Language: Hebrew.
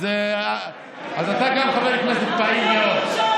אז אתה חבר כנסת פעיל מאוד, הפרד ומשול